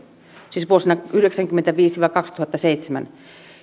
siis vuosina tuhatyhdeksänsataayhdeksänkymmentäviisi viiva kaksituhattaseitsemän